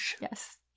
Yes